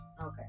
Okay